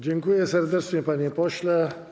Dziękuję serdecznie, panie pośle.